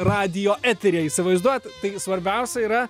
radijo eteryje įsivaizduojat tai svarbiausia yra